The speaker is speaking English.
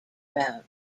about